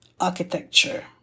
architecture